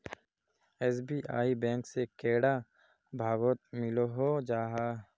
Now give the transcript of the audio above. SBI bank से कैडा भागोत मिलोहो जाहा?